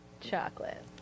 Chocolate